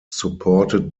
supported